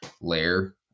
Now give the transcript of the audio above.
layer